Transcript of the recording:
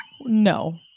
No